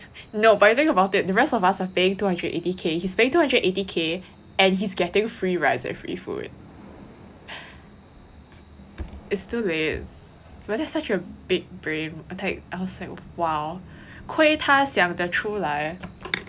no but you think about it the rest of us are paying two hundred and eighty k he's paying two hundred and eighty k and he's getting free rides and free food it's too late well that's such a big brain attack I was like !wow! 亏他想得出来